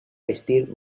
vestir